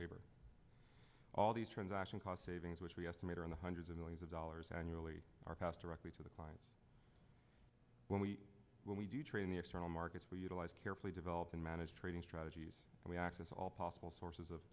labor all these transaction cost savings which we estimate are in the hundreds of millions of dollars annually are passed directly to the clients when we when we do train the external markets we utilize carefully develop and manage trading strategies and we access all possible sources of